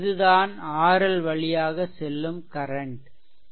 இதுதான் RL வழியாக செல்லும் கரன்ட் ஆகும்